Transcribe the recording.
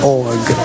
org